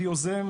מחירי הבשר,